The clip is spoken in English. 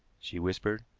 she whispered.